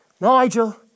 Nigel